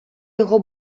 його